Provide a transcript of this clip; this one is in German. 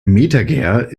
metager